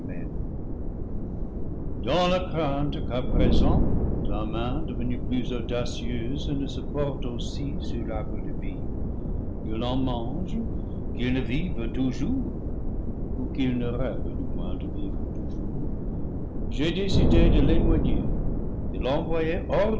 devenue plus audacieuse ne se porte aussi sur l'arbre de vie qu'il n'en mange qu'il ne vive tou jours ou qu'il ne rêve du moins de vivre toujours j'ai décidé de l'éloigner de l'envoyer